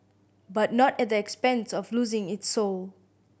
but not at the expense of losing its soul